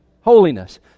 Holiness